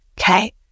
Okay